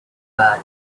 but